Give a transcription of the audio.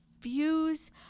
views